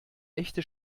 echte